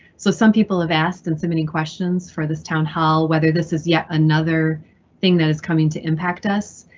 so some people have asked in so many questions for this town hall, whether this is yet another thing that is coming to impact us.